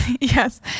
Yes